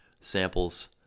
samples